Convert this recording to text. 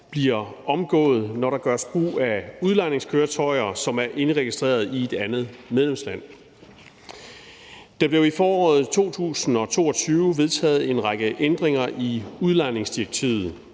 bliver omgået, når der gøres brug af udlejningskøretøjer, som er indregistreret i et andet medlemsland. Der blev i foråret 2022 vedtaget en række ændringer i udlejningsdirektivet.